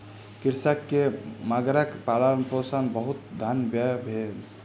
कृषक के मगरक पालनपोषण मे बहुत धन व्यय भेल